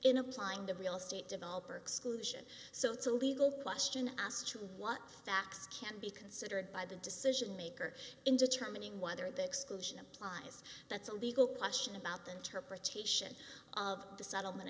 in applying the real estate developer exclusion so it's a legal question as to what facts can be considered by the decision maker in determining whether the exclusion applies that's a legal question about the interpretation of the settlement